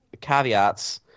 caveats